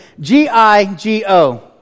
G-I-G-O